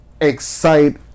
excite